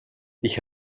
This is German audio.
ich